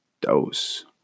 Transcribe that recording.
dose